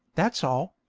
that's all.